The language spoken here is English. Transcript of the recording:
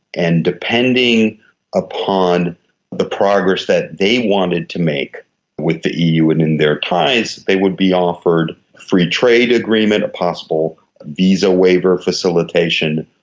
and depending upon the progress that they wanted to make with the eu and in their ties they would be offered free trade agreement, possible visa waiver facilitation,